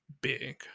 big